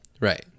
right